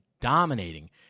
dominating